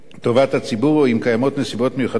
או אם קיימות נסיבות מיוחדות המצדיקות כן.